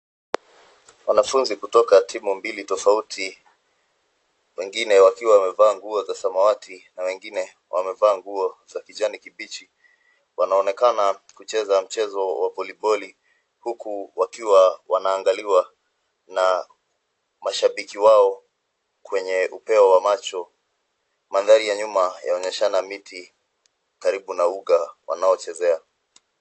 Wanafunzi kutoka timu mbili tofauti wengine wakiwa wamevaa nguo za samawati na wengine wamevaa nguo za kijani kibichi. Wanaonekana kucheza mchezo wa voliboli huku wakiwa wanaangaliwa na mashabiki wao kwenye upeo wa macho. Mandhari ya nyuma yaonyeshana miti karibu na uga wanaochezea.